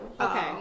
Okay